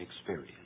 experience